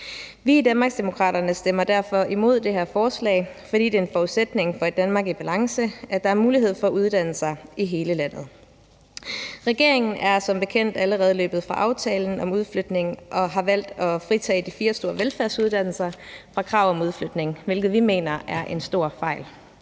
Vi i Danmarksdemokraterne stemmer derfor imod det her forslag, fordi det er en forudsætning for et Danmark i balance, at der er mulighed for at uddanne sig i hele landet. Regeringen er som bekendt allerede løbet fra aftalen om udflytning og har valgt at fritage de fire store velfærdsuddannelser fra kravet om udflytning, hvilket vi mener er en stor fejl.